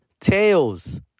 tails